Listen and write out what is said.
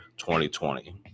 2020